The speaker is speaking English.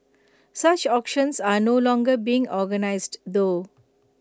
such auctions are no longer being organised though